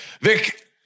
Vic